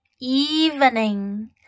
evening